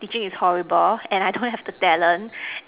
teaching is horrible and I don't have the talent